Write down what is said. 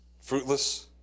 Fruitless